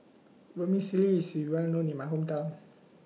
Vermicelli IS Well known in My Hometown